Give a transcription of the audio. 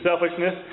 selfishness